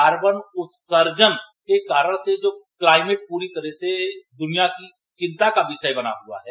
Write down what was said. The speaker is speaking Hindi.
कार्बन उत्सर्जन के कारण से जो क्लाइमेट पूरी तरह से दुनियां की चिंता का विषय बना हुआ है